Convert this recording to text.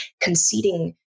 conceding